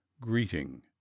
greeting